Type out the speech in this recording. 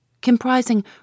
comprising